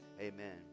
Amen